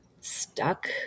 stuck